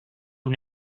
una